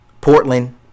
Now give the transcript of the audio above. Portland